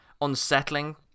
unsettling